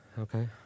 Okay